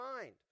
mind